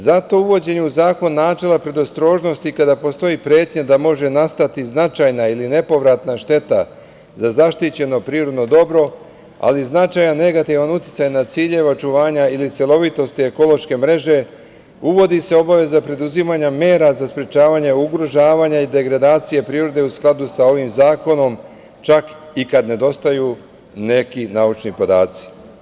Zato uvođenje u zakon načela predostrožnosti, kada postoji pretnja da može nastati značajna ili nepovratna šteta za zaštićeno prirodno dobro, ali i značajan negativan uticaj na ciljeve očuvanja ili celovitosti ekološke mreže, uvodi se obaveza preduzimanja mera za sprečavanje ugrožavanja i degradacije prirode u skladu sa ovim zakonom, čak i kada nedostaju neki naučni podaci.